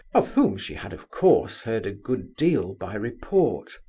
of whom she had of course heard a good deal by report.